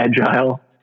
agile